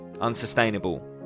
Unsustainable